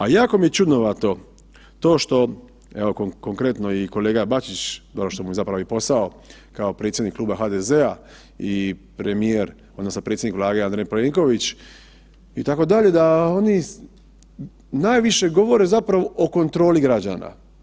A jako mi je čudnovato to što, evo konkretno, i kolega Bačić, dobro, što mu je zapravo i posao kao predsjednik Kluba HDZ-a i premijer, odnosno predsjednik Vlade Andrej Plenković, itd., da oni najviše govore zapravo o kontroli građana.